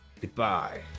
goodbye